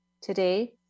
today